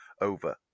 over